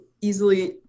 easily